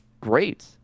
great